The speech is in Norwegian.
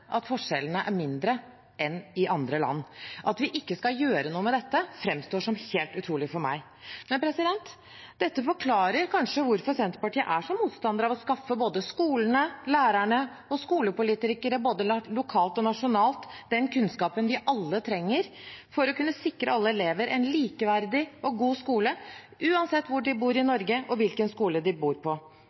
at forskjellene er mindre enn i andre land. At vi ikke skal gjøre noe med dette, framstår som helt utrolig for meg. Men dette forklarer kanskje hvorfor Senterpartiet er så motstandere av å skaffe både skolene, lærerne og skolepolitikere, både lokalt og nasjonalt, den kunnskapen vi alle trenger for å kunne sikre alle elever en likeverdig og god skole uansett hvor de bor i Norge, og uansett hvilken skole de går på.